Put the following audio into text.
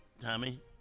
Tommy